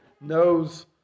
knows